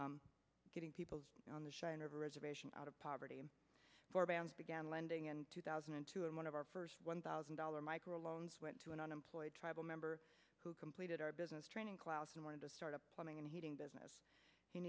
n getting people on the show in a reservation out of poverty for bans began lending in two thousand and two and one of our first one thousand dollars micro loans went to an unemployed tribal member who completed our business training class and wanted to start a plumbing and heating business he